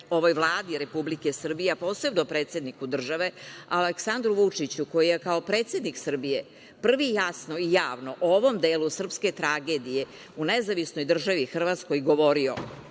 ovoj Vladi Republike Srbije, a posebno predsedniku države, Aleksandru Vučiću, koji je kao predsednik Srbije, prvi jasno i javno o ovom delu srpske tragedije, u nezavisnoj državi Hrvatskoj, govorio,